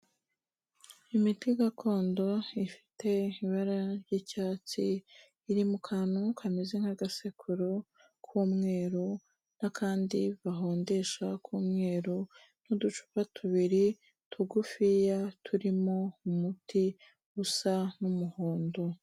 UImiti gakondo ifite ibara ry'icyatsi, iri mu kantu kameze nk'agasekuro k'umweru n'akandi bahondesha kumweru n'uducupa tubiri tugufiya turimo umuti usa n'umuhondo.